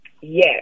Yes